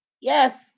yes